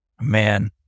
Man